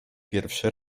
pierwszy